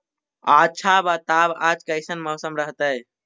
आच्छा बताब आज कैसन मौसम रहतैय?